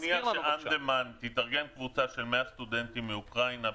אם תתארגן קבוצה של 100 סטודנטים מאוקראינה ,